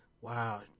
wow